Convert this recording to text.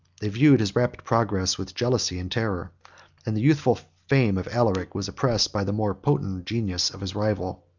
they viewed his rapid progress with jealousy and terror and the youthful fame of alaric was oppressed by the more potent genius of his rival.